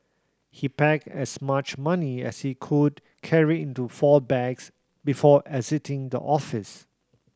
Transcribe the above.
he packed as much money as he could carry into four bags before exiting the office